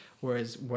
Whereas